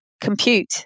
compute